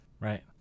right